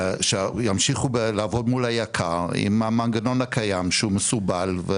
שימשיכו לעבוד מול היקר עם המנגנון היקר שהוא מסורבל.